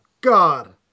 god